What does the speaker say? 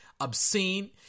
obscene